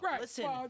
Listen